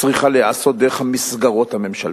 צריכה להיעשות דרך המסגרות הממשלתיות.